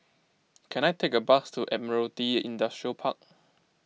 can I take a bus to Admiralty Industrial Park